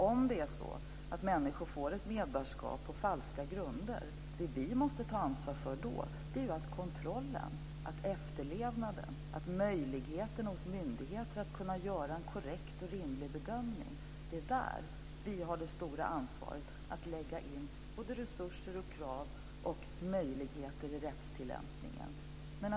Om det är så att människor får ett medborgarskap på falska grunder är det vi måste ta ansvar för kontrollen, efterlevnaden och möjligheten hos myndigheter att kunna göra en korrekt och rimlig bedömning. Det är där vi har det stora ansvaret att sätta in resurser och ställa krav och ge möjligheter i rättstillämpningen.